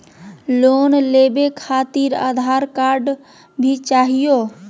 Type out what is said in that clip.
Loan लेवे खातिरआधार card भी चाहियो?